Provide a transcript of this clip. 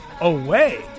away